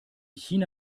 china